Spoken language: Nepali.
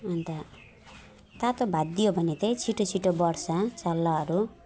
अन्त तातो भात दियो भने चाहिँ छिटो छिटो बढ्छ चल्लाहरू